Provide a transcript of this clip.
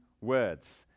words